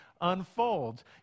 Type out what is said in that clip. unfolds